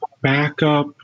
backup